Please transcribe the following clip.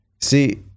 See